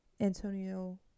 Antonio